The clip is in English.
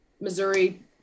Missouri